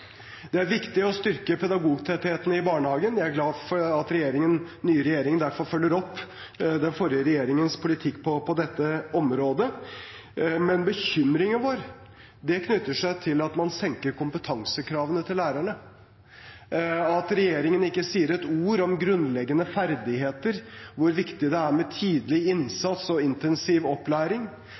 Det er viktig å styrke pedagogtettheten i barnehagen. Jeg er glad for at den nye regjeringen derfor følger opp den forrige regjeringens politikk på dette området, men bekymringen vår knytter seg til at man senker kompetansekravene til lærerne, at regjeringen ikke sier et ord om grunnleggende ferdigheter, hvor viktig det er med tidlig innsats og intensiv opplæring,